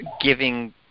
giving